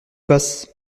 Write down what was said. passe